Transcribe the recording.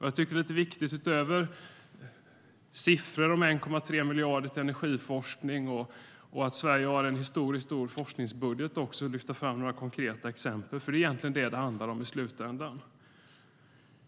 Jag tycker att det är viktigt att utöver siffror om 1,3 miljarder till energiforskning och att Sverige har en historiskt stor forskningsbudget också lyfta fram några konkreta exempel, för det är egentligen det som det handlar om i slutändan.